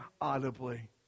audibly